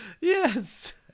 Yes